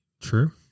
True